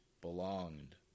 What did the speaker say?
belonged